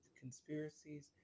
conspiracies